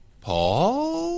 Paul